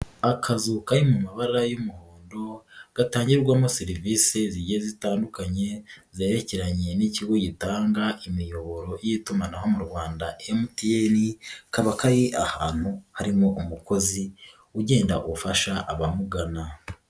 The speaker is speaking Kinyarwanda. Akazu kari mu mabara y'umuhondo, gatangirwamo serivisi zigiye zitandukanye, zerekeranye n'ikigo gitanga imiyoboro y'itumanaho mu Rwanda MTN, kaba kari ahantu harimo umukozi, ugenda ufasha abamugana.